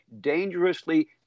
dangerously